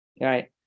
Right